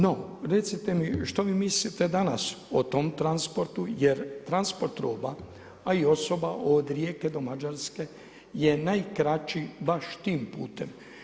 No recite mi što vi mislite danas o tom transportu jer transport roba a i osoba od Rijeke do Mađarske je najkraći baš tim putem.